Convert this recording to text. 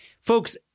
Folks